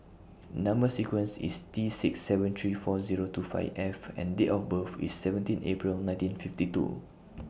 Number sequence IS T six seven three four Zero two five F and Date of birth IS seventeen April nineteen fifty two